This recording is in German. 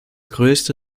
größte